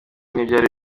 ntibyari